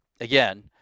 again